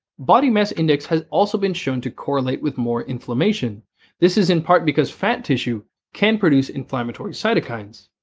body mass index has also been shown to correlate with more inflammation this is in part because fat tissue can produce inflammatory cytokines.